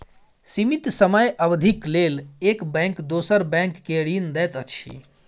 सीमित समय अवधिक लेल एक बैंक दोसर बैंक के ऋण दैत अछि